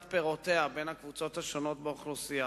פירותיה בין הקבוצות השונות באוכלוסייה,